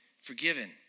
forgiven